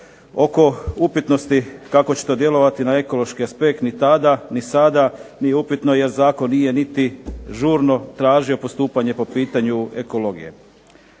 Oko upitnosti kako će to djelovati na ekološki aspekt ni tada ni sada nije upitno jer zakon nije niti žurno tražio postupanje po pitanju ekologije.